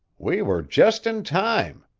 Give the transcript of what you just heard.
we were just in time,